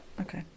Okay